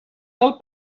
del